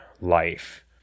life